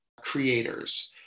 creators